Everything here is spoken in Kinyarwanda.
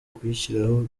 gushyiraho